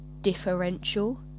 differential